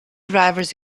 drivers